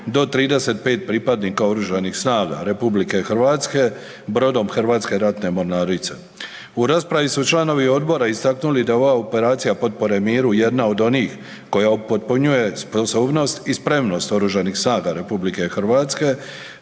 do 35 pripadnika Oružanih snaga RH brodom Hrvatske ratne mornarice. U raspravi su članovi odbora istaknuli da ova operacija potpore miru jedna od onih koja upotpunjuje sposobnost i spremnost Oružanih snaga RH te da je